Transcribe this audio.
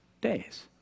days